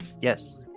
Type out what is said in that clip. yes